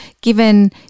given